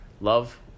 love